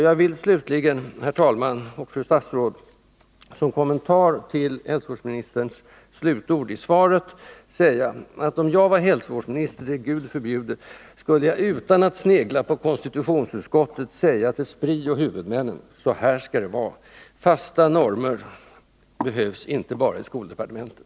Jag vill slutligen, herr talman och fru statsråd, som kommentar till hälsovårdsministerns slutord i svaret säga att om jag var hälsovårdsminister — det Gud förbjude — skulle jag utan att snegla på konstitutionsutskottet säga till Spri och sjukvårdshuvudmännen: Så här skall det vara. Fasta normer behövs inte bara i skoldepartementet.